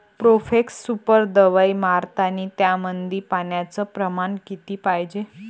Profex super दवाई मारतानी त्यामंदी पान्याचं प्रमाण किती पायजे?